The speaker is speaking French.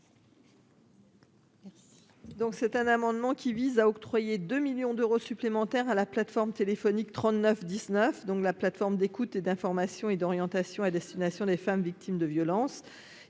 c'est un amendement qui vise à octroyer 2 millions d'euros supplémentaires à la plateforme téléphonique 39 19 donc, la plateforme d'écoute et d'information et d'orientation à destination des femmes victimes de violences,